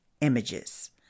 images